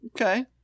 Okay